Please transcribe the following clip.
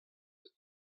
eus